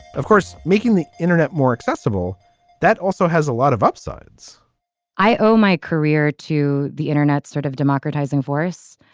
of course making the internet more accessible that also has a lot of upsides i owe my career to the internet sort of democratizing force.